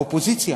האופוזיציה.